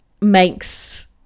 makes